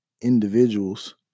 Individuals